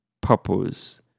purpose